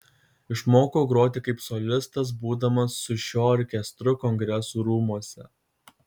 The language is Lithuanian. išmokau groti kaip solistas būdamas su šiuo orkestru kongresų rūmuose